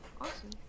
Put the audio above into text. Awesome